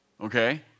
Okay